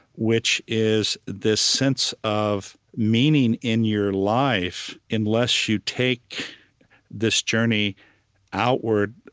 which is this sense of meaning in your life, unless you take this journey outward.